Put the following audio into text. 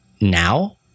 now